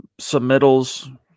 submittals